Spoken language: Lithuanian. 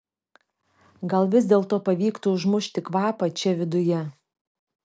gal vis dėlto pavyktų užmušti kvapą čia viduje